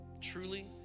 truly